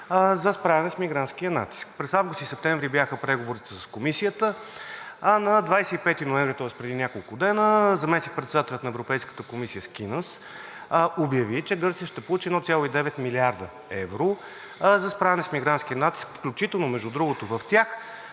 за справяне с мигрантския натиск. През август и септември бяха преговорите с Комисията, а на 25 ноември 2022 г., тоест преди няколко дена, заместник-председателят на Европейската комисия Скинос обяви, че Гърция ще получи 1,9 млрд. евро за справяне с мигрантския натиск, включително между другото в тях